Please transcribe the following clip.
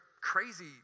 crazy